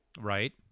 Right